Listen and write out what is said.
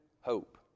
hope